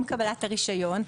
עם קבלת הרישיון,